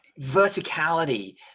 verticality